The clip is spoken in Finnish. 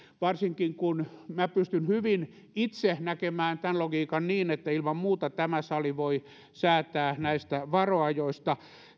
varsinkin kun minä pystyn hyvin itse näkemään tämän logiikan niin että ilman muuta tämä sali voi säätää näistä varoajoista